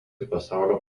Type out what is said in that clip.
pasaulio